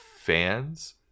fans